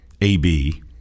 AB